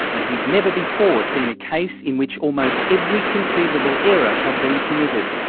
and he'd never before seen a case in which almost every conceivable error had been committed.